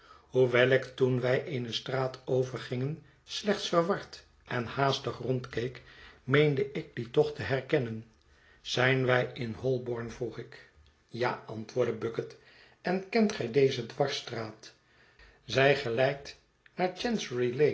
hoewel ik toen wij eene straat overgingen slechts verward en haastig rondkeek meende ik die toch te herkennen zijn wij in holborn vroeg ik ja antwoordde bucket en kent gij deze dwarsstraat zij gelijkt naar